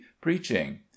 preaching